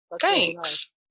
Thanks